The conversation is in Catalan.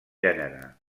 gènere